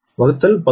2 p